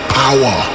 power